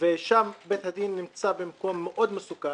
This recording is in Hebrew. שם בית הדין נמצא במקום מאוד מסוכן,